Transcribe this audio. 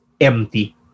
empty